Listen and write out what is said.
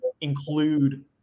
include